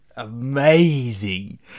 amazing